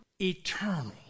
eternal